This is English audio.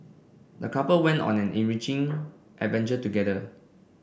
the couple went on an enriching adventure together